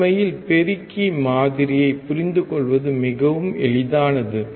உண்மையில் பெருக்கி மாதிரியைப் புரிந்துகொள்வது மிகவும் எளிதானது